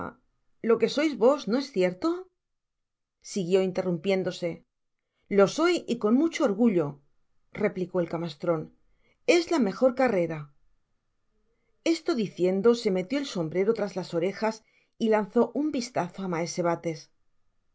lo que sois vos no es cierto siguió interrumpiéndose lo soy y con mucho orgullo replicó el camastrones la mejor carrera esto diciendo se metió el sombrero tras las orejas y lanzó un vistazo á maese hates